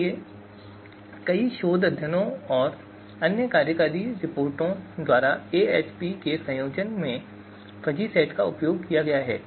इसलिए कई शोध अध्ययनों और अन्य कार्यकारी रिपोर्टों द्वारा एएचपी के संयोजन में फजी सेट का उपयोग किया गया है